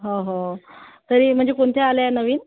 हो हो तरी म्हणजे कोणत्या आल्या आहे नवीन